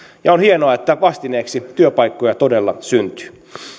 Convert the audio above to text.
ja on hienoa että vastineeksi työpaikkoja todella syntyy